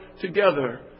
together